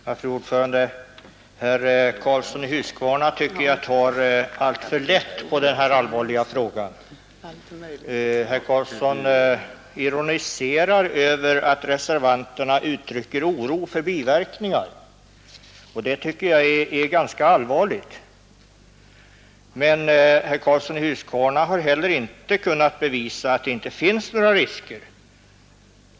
Fru talman! Jag tycker att herr Karlsson i Huskvarna tar alltför lätt på denna allvarliga fråga. Han ironiserar över att reservanterna uttrycker oro för fluorens biverkningar, och det tycker jag är ganska allvarligt. Men herr Karlsson i Huskvarna har heller inte kunnat bevisa att det inte föreligger några sådana risker.